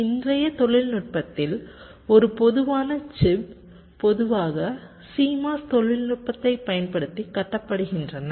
இன்றைய தொழில்நுட்பத்தில் ஒரு பொதுவான சிப் பொதுவாக CMOS தொழில்நுட்பத்தைப் பயன்படுத்தி கட்டப்படுகின்றன